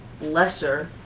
lesser